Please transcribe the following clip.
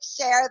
share